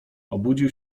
obudził